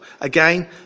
Again